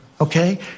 okay